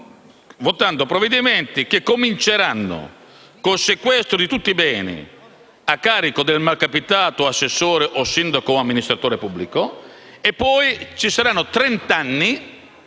stiamo votando provvedimenti che cominceranno con il sequestro di tutti i beni a carico del malcapitato assessore, sindaco o amministratore pubblico, e poi passeranno trent'anni